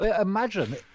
imagine